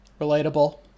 Relatable